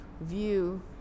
view